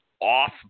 off